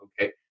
okay